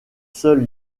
seuls